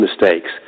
mistakes